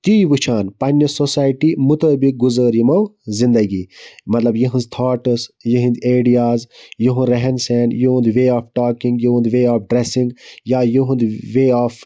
تی وٕچھان پَننہِ سوسایٹی مُطٲبِق گُزٲرۍ یِمو زِندَگی مَطلَب یِہٕنٛز تھاٹس یِہِنٛد ایڈیاز یُہُنٛد رہن سہن یُہُنٛد وے آف ٹاکِنٛگ یُہُنٛد وے آف ڈریٚسِنٛگ یا یُہُنٛد وے آف